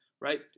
right